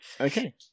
Okay